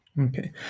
Okay